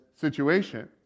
situation